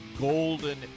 golden